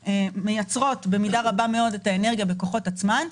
שמייצרות במידה רבה מאוד את האנרגיה בכוחות עצמן.